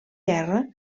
guerra